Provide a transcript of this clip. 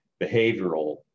behavioral